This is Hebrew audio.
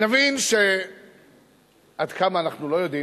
נבין עד כמה אנחנו לא יודעים,